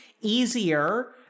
easier